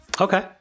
Okay